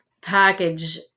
package